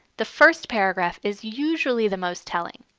the first paragraph is usually the most telling.